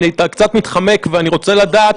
אתה קצת מתחמק ואני רוצה לדעת.